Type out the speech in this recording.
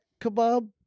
kebab